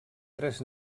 tres